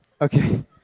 Okay